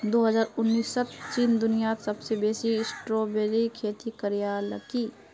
दो हजार उन्नीसत चीन दुनियात सबसे बेसी स्ट्रॉबेरीर खेती करयालकी